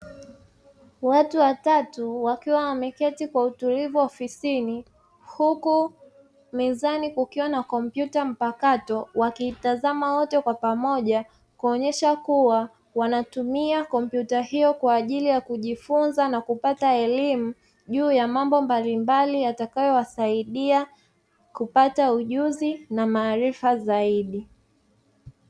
Watu watatu wakiwa wameketi kwa utulivu ofisini huku mezani kukiwa na kompyuta mpakato wakiitazama wote kwa pamoja kuonyesha kuwa wanatumia kompyuta hiyo kwa ajili ya kujifunza na kupata elimu juu ya mambo mbalimbali yatakayowasaidia kupata ujuzi na maarifa zaidi.